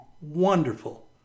wonderful